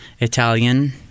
Italian